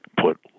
put